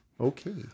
Okay